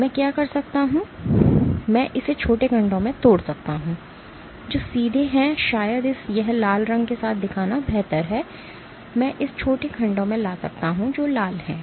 मैं क्या कर सकता हूं मैं इसे छोटे खंडों में तोड़ सकता हूं जो सीधे हैं शायद यह लाल रंग के साथ दिखाना बेहतर है मैं इसे छोटे खंडों में ला सकता हूं जो लाल हैं